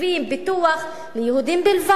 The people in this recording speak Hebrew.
פיתוח ליהודים בלבד,